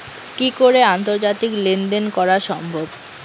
কি করে আন্তর্জাতিক লেনদেন করা সম্ভব?